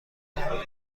رهبر